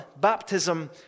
baptism